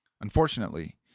Unfortunately